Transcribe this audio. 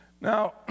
Now